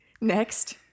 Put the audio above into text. Next